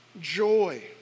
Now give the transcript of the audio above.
joy